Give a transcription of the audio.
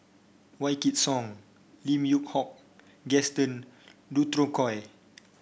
Wykidd Song Lim Yew Hock Gaston Dutronquoy